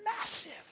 massive